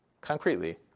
concretely